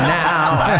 now